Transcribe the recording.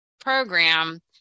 program